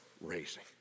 raising